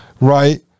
right